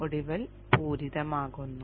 ഒടുവിൽ പൂരിതമാകുന്നു